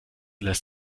lässt